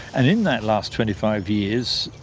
and in that last twenty five years,